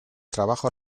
trabajo